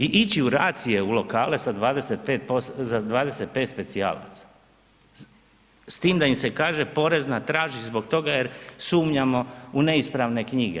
I ići u racije u lokale sa 25, sa 25 specijalaca, s tim da im se kaže porezna traži zbog toga jer sumnjamo u neispravne knjige.